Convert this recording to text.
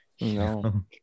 No